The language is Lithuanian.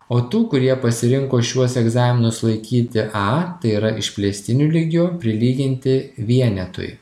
o tų kurie pasirinko šiuos egzaminus laikyti a tai yra išplėstiniu lygiu prilyginti vienetui